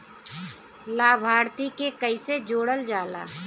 लभार्थी के कइसे जोड़ल जाला?